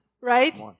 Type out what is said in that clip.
right